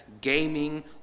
gaming